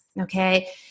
Okay